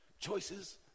Choices